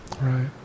Right